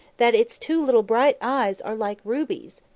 that its two little bright eyes are like rubies.